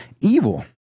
evil